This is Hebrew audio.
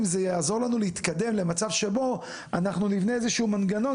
זה יעזור לנו להתקדם למצב שבו אנחנו נבנה איזשהו מנגנון,